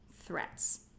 threats